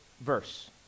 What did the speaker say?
verse